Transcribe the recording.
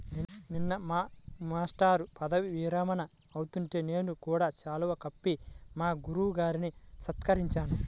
నిన్న మా మేష్టారు పదవీ విరమణ అవుతుంటే నేను కూడా శాలువా కప్పి మా గురువు గారిని సత్కరించాను